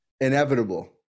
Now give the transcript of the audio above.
inevitable